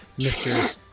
Mr